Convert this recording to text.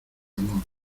amor